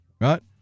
right